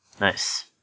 Nice